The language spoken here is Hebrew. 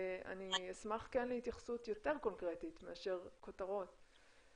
אני אשמח כן להתייחסות יותר קונקרטית מאשר כותרות.